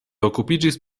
okupiĝis